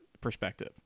perspective